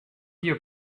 here